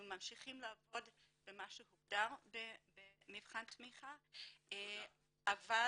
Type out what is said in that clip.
אנחנו ממשיכים לעבוד במה שהוגדר במבחן התמיכה, אבל